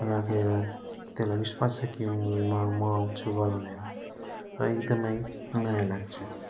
राखेर त्यसलाई विश्वास छ कि म आउँछु घर भनेर र एकदमै माया लाग्छ